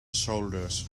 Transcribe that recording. shoulders